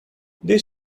this